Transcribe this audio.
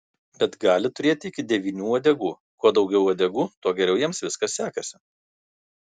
bet gali turėti iki devynių uodegų kuo daugiau uodegų tuo geriau jiems viskas sekasi